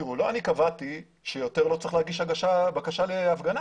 לא אני קבעתי שיו תר לא צריך להגיש בקשה להפגנה.